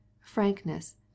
frankness